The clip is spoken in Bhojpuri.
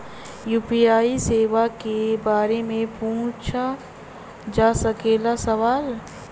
यू.पी.आई सेवा के बारे में पूछ जा सकेला सवाल?